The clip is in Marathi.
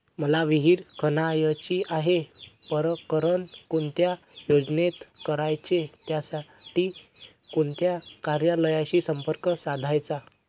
मला विहिर खणायची आहे, प्रकरण कोणत्या योजनेत करायचे त्यासाठी कोणत्या कार्यालयाशी संपर्क साधायचा?